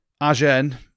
Agen